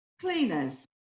cleaners